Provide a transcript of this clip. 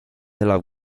elav